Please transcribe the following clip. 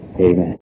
Amen